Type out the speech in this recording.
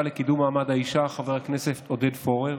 לקידום מעמד האישה חבר הכנסת עודד פורר,